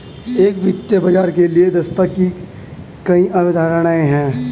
एक वित्तीय बाजार के लिए दक्षता की कई अवधारणाएं हैं